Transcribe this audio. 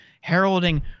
heralding